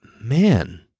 man